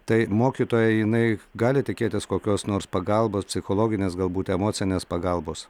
tai mokytoja jinai gali tikėtis kokios nors pagalbos psichologinės galbūt emocinės pagalbos